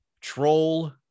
Troll